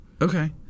Okay